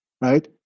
right